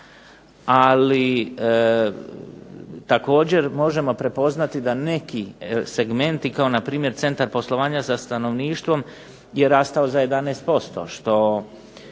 ali također možemo prepoznati da neki segmenti kao npr. Centar poslovanja sa stanovništvom je rastao za 11% što